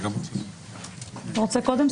קודם כול,